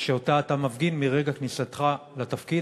שאתה מפגין מרגע כניסתך לתפקיד,